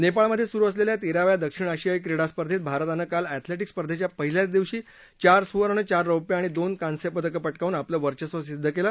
नेपाळमधे सुरु असलेल्या तेराव्या दक्षिण आशियाई क्रीडा स्पर्धेत भारतानं काल अँथलेटिक्स स्पर्धेच्या पहिल्याच दिवशी चार सुवर्ण चार रौप्य आणि दोन कांस्य पदकं पटकावून आपलं वर्चस्व सिद्ध केलं